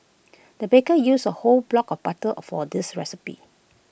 the baker used A whole block of butter or for this recipe